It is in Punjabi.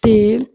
ਅਤੇ